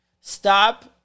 stop